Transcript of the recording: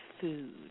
food